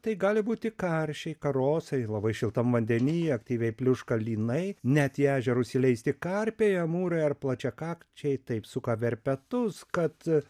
tai gali būti karšiai karosai labai šiltam vandeny aktyviai pliuška lynai net į ežerus įleisti karpiai amūrai ar plačiakakčiai taip suka verpetus kad